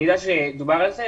אני יודע שדובר על זה,